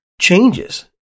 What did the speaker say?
changes